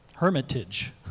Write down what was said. Hermitage